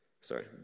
Sorry